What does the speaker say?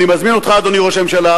אדוני ראש הממשלה,